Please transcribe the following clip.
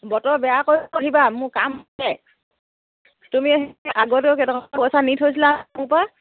বতৰ বেয়া হলেও আহিবা তুমি আগতেও